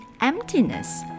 emptiness